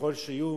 ככל שיהיו,